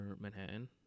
Manhattan